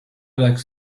likes